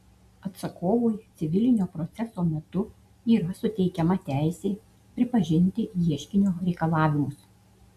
atsakovui civilinio proceso metu yra suteikiama teisė pripažinti ieškinio reikalavimus